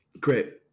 Great